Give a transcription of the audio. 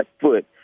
foot